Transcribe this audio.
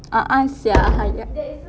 a'ah sia !haiya!